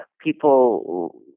people